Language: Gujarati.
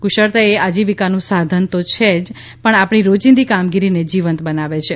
કુશળતા એ આજીવિકાનું સાધન તો છે પણ આપણી રોજિંદી કામગીરીને જીવંત બનાવે છે